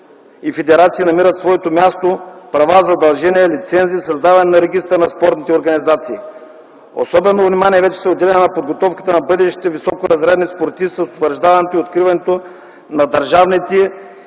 и федерации намират своето място, права, задължения, лицензи, създаване на регистър на спортните организации. Особено внимание вече се отделя на подготовката на бъдещи високоразрядни спортисти, на утвърждаването и откриването на държавните